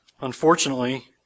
Unfortunately